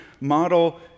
model